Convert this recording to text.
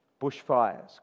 Bushfires